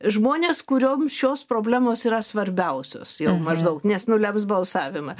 žmonės kurioms šios problemos yra svarbiausios jau maždaug nes nulems balsavimą